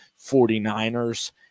49ers